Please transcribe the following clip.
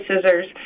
scissors